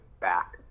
back